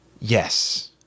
yes